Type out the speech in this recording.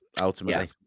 Ultimately